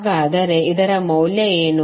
ಹಾಗಾದರೆ ಇದರ ಮೌಲ್ಯ ಏನು